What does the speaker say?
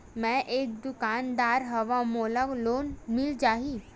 मै एक दुकानदार हवय मोला लोन मिल जाही?